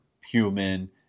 human